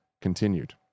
continued